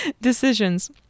decisions